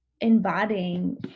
embodying